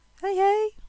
hey